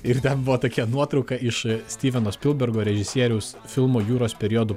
ir ten buvo tokia nuotrauka iš styveno spilbergo režisieriaus filmo juros periodų